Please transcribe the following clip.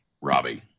Robbie